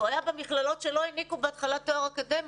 הוא היה במכללות שלא העניקו בהתחלה תואר אקדמי,